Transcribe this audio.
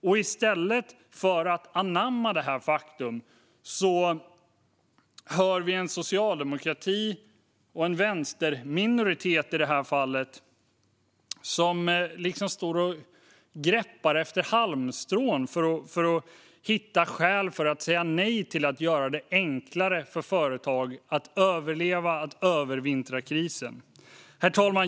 Men i stället för att anamma detta faktum står en socialdemokrati och - i det här fallet - en vänsterminoritet och griper efter halmstrån för att hitta skäl att säga nej till att göra det enklare för företag att överleva och övervintra krisen. Herr talman!